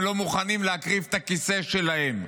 הם לא מוכנים להקריב את הכיסא שלהם.